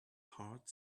heart